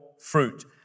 fruit